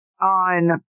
on